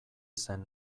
zen